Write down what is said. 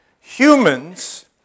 Humans